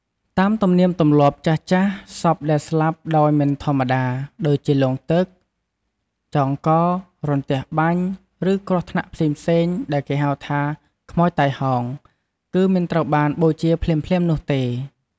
តាមទំនៀមទម្លាប់ចាស់ៗ សពដែលស្លាប់ដោយមិនធម្មតា ដូចជាលង់ទឹក ចងក រន្ទះបាញ់ ឬគ្រោះថ្នាក់ផ្សេងៗ ដែលគេហៅថា "ខ្មោចតៃហោង" គឺមិនត្រូវបានបូជាភ្លាមៗនោះទេ។